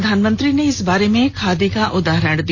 प्रधानमंत्री ने इस बारे में खादी का उदाहरण दिया